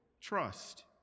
trust